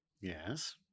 Yes